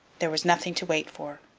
there was nothing to wait for.